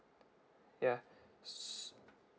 ya